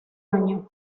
año